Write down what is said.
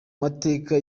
mateka